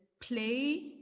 Play